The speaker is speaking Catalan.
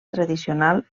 tradicional